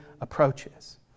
approaches